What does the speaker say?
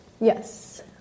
Yes